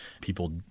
people